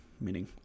meaning